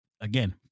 again